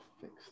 fix